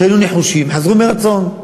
כשהיינו נחושים חזרו מרצון.